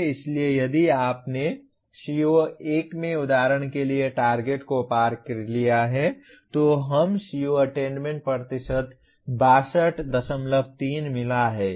इसलिए यदि आपने CO1 में उदाहरण के लिए टारगेट को पार कर लिया है तो हमें CO अटेन्मेन्ट प्रतिशत 623 मिला है